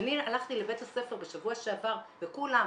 כשאני הלכתי לבית הספר בשבוע שעבר וכולם,